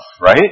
right